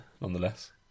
nonetheless